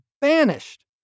banished